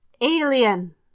Alien